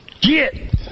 get